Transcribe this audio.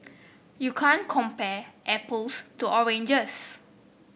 you can't compare apples to oranges